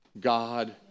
God